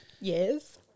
yes